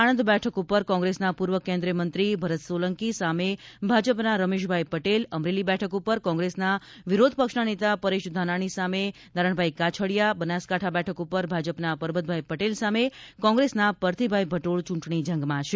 આણંદ બેઠક ઉપર કોંગ્રેસના પૂર્વ કેન્દ્રિયમંત્રી ભરત સોલંકી સામે ભાજપના રમેશભાઇ પટેલ અમરેલી બેઠક પર કોંગ્રેસના વિરોધપક્ષના નેતા પરેશ ધાનાણી સામે નારણભાઇ કાછડીયા બનાસકાંઠા બેઠક ઉપર ભાજપના પરબતભાઇ પટેલ સામે કોંગ્રેસના પરથીભાઇ ભટોલ ચૂંટણી જંગમાં છે